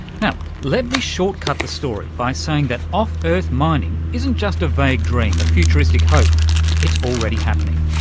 now, let me short-cut the story by saying that off-earth mining isn't just a vague dream, a futuristic hope it's already happening.